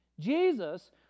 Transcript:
Jesus